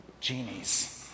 Genies